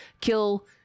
kill